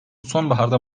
sonbaharda